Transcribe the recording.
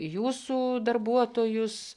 jūsų darbuotojus